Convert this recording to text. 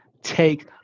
take